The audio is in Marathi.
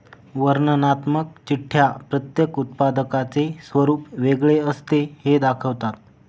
वर्णनात्मक चिठ्ठ्या प्रत्येक उत्पादकाचे स्वरूप वेगळे असते हे दाखवतात